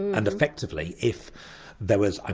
and effectively, if there was!